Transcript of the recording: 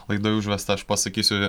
laidoj užvestą aš pasakysiu